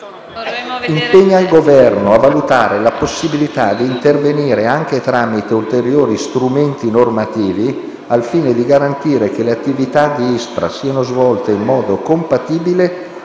impegna il Governo a valutare la possibilità di intervenire, anche tramite ulteriori strumenti normativi, al fine di garantire che le attività di ISPRA siano svolte in modo compatibile